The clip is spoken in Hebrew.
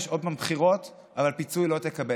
יש עוד פעם בחירות, אבל פיצוי לא תקבל.